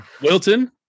Wilton